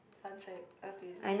fun fact okay